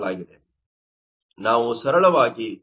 ಆದ್ದರಿಂದ ನಾವು ಸರಳವಾಗಿ ಒತ್ತಡದ ಅನುಪಾತವನ್ನು ಪಡೆಯಬಹುದು